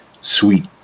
sweet